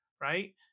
Right